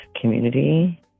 community